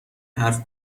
حرف